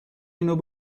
اینو